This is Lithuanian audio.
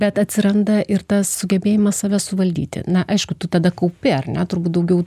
bet atsiranda ir tas sugebėjimas save suvaldyti na aišku tu tada kaupi ar ne turbūt daugiau